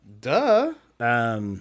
Duh